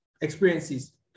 experiences